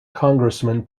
congressman